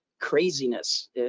craziness